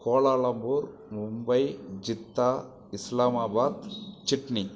Kuala Lumpur Mumbai Jeddah Islamabad Sydney